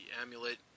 amulet